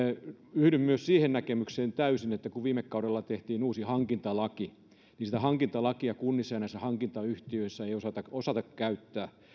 yhdyn myös täysin siihen näkemykseen kun viime kaudella tehtiin uusi hankintalaki että sitä hankintalakia kunnissa ja näissä hankintayhtiöissä ei osata käyttää